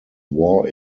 war